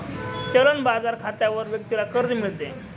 चलन बाजार खात्यावर व्यक्तीला कर्ज मिळते